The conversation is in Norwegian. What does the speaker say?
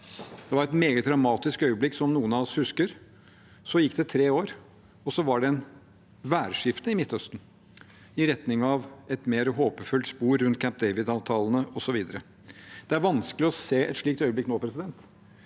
var et meget dramatisk øyeblikk som noen av oss husker. Så gikk det tre år, og det var et værskifte i Midtøsten i retning av et mer håpefullt spor rundt Camp David-avtalen osv. Det er vanskelig å se et slikt øyeblikk nå, men